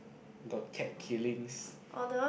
got cat killings